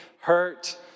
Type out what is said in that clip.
hurt